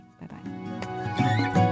Bye-bye